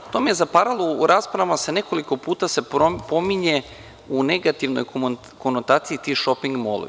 To me je zaparalo u raspravama, jer se nekoliko puta pominju u negativnoj konotaciji ti šoping-molovi.